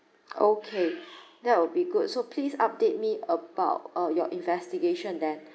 okay that will be good so please update me about uh your investigation then